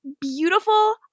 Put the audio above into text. beautiful